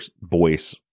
voice